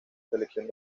selección